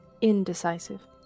Indecisive